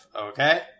okay